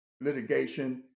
litigation